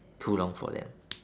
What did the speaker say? too long for them